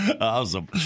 Awesome